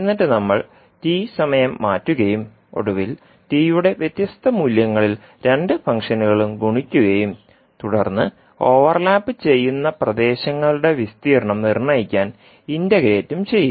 എന്നിട്ട് നമ്മൾ t സമയം മാറ്റുകയും ഒടുവിൽ t യുടെ വ്യത്യസ്ത മൂല്യങ്ങളിൽ രണ്ട് ഫംഗ്ഷനുകളും ഗുണിക്കുകയും തുടർന്ന് ഓവർലാപ്പു ചെയ്യുന്ന പ്രദേശങ്ങളുടെ വിസ്തീർണ്ണം നിർണ്ണയിക്കാൻ ഇന്റഗ്രേറ്റും ചെയ്യും